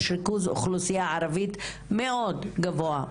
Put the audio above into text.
יש ריכוז של אוכלוסייה ערבית מאוד גבוה,